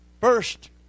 first